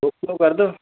दो किलो कर दो